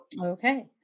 okay